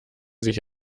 sich